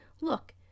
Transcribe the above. Look